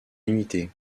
limité